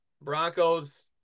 Broncos